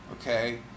Okay